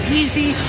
easy